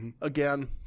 Again